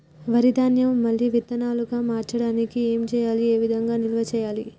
వరి ధాన్యము మళ్ళీ విత్తనాలు గా మార్చడానికి ఏం చేయాలి ఏ విధంగా నిల్వ చేయాలి?